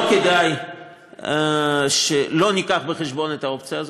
לא כדאי שלא נביא בחשבון את האופציה הזאת,